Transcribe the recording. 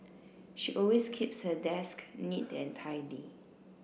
she always keeps her desk neat and tidy